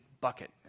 bucket